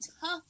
tough